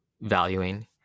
valuing